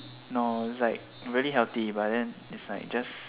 no is like really healthy but then is like just